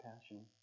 passion